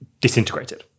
disintegrated